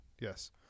yes